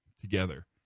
together